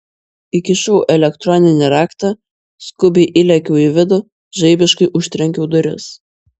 įkišau elektroninį raktą skubiai įlėkiau į vidų žaibiškai užtrenkiau duris